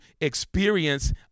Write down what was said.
experience